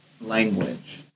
language